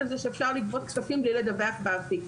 על זה שאפשר לגבות כספים בלי לדווח באפיק.